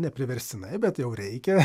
nepriverstinai bet jau reikia